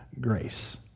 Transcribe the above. grace